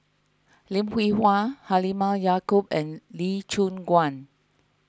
Lim Hwee Hua Halimah Yacob and Lee Choon Guan